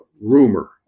rumor